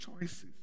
choices